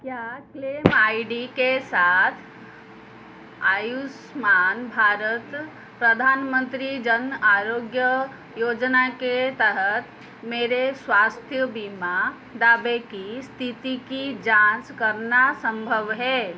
क्या claim I D के साथ आयुष्मान भारत प्रधानमन्त्री जन आरोग्य योजना के तहत मेरे स्वास्थ्य बीमा दावे की इस्थिति की जाँच करना सम्भव है